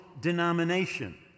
denomination